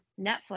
Netflix